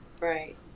right